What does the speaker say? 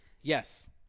Yes